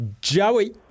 Joey